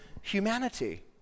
humanity